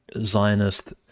Zionist